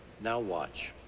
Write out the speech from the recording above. now watch.